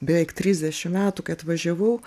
beveik trisdešim metų kai atvažiavau